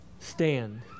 Stand